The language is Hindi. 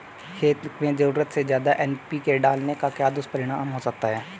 खेत में ज़रूरत से ज्यादा एन.पी.के डालने का क्या दुष्परिणाम हो सकता है?